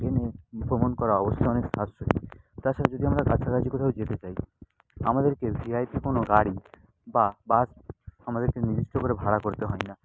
ট্রেনে ভ্রমণ করা অবশ্যই অনেক সাশ্রয়ী তার সাথে যদি আমরা কাছাকাছি কোথাও যেতে চাই আমাদেরকে ভিআইপি কোনও গাড়ি বা বাস আমাদেরকে নির্দিষ্ট করে ভাড়া করতে হয় না